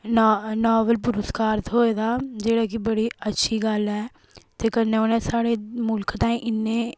ना नावल पुरस्कार थ्होऐ दा जेह्ड़ा कि बड़ी अच्छी गल्ल ऐ ते कन्नै उ'नें स्हाड़ै मुल्ख ताईं इन्ने